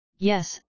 Yes